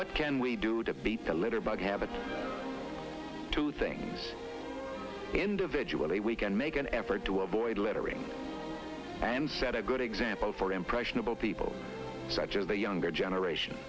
what can we do to beat the litterbug have a time to think individually we can make an effort to avoid littering and set a good example for impressionable people such as the younger generation